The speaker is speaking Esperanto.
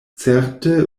certe